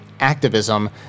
Activism